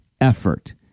effort